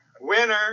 Winner